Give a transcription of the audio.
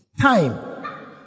Time